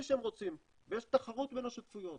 שהם רוצים ויש תחרות בין השותפויות,